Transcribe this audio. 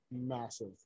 massive